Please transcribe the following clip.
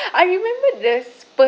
I remember there's